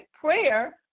prayer